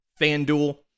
FanDuel